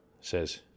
says